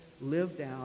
lived-out